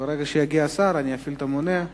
ברגע שיגיע השר, אני אפעיל את המונה.